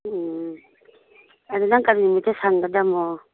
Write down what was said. ꯎꯝ ꯑꯗꯨ ꯅꯪ ꯀꯔꯤ ꯅꯨꯃꯤꯠꯇ ꯁꯪꯒꯗꯃꯣ